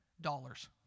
dollars